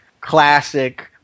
classic